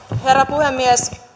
arvoisa herra puhemies